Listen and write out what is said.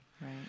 Right